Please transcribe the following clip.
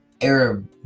Arab